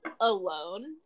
alone